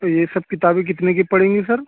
تو یہ سب کتابیں کتنی کی پڑیں گی سر